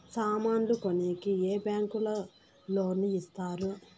సామాన్లు కొనేకి ఏ బ్యాంకులు లోను ఇస్తారు?